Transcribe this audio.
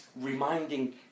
reminding